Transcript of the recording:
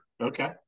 Okay